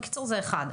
בקיצור, זה אחד.